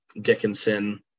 Dickinson